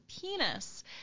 penis